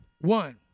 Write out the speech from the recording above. One